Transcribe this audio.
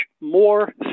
more